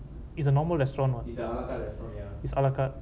is a normal restaurant what is alahcarte